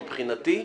מבחינתי,